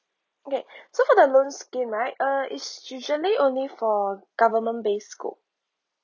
okay so for the loan scheme right uh it's usually only for government based school